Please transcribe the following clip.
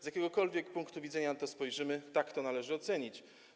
Z jakiegokolwiek punktu widzenia na to spojrzymy, tak to należy ocenić.